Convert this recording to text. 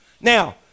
Now